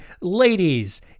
ladies